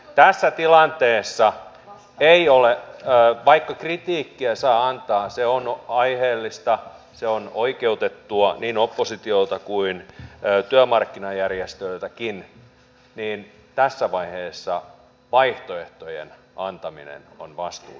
tässä tilanteessa ei ole ollut vaikka kritiikkiä saa antaa se on aiheellista se on oikeutettua niin oppositiolta kuin työmarkkinajärjestöiltäkin niin tässä vaiheessa vaihtoehtojen antaminen on vastuullista myös